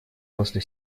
после